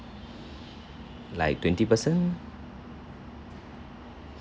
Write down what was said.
like twenty person